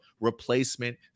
replacement